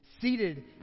Seated